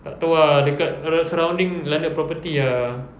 tak tahu ah dekat around surrounding landed property ah